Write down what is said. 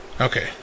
Okay